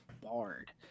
bard